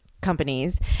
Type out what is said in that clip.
companies